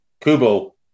Kubo